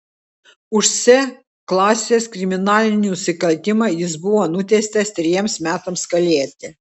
už c klasės kriminalinį nusikaltimą jis buvo nuteistas trejiems metams kalėti